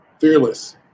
Fearless